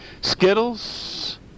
Skittles